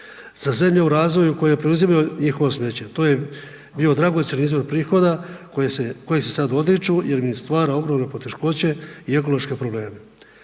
Sa zemljom u razvoju koje preuzimaju njihovo smeće, to je bio dragocjen izvor prihoda kojeg se sad odriču jer im stvara ogromne poteškoće i ekološke probleme.